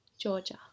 georgia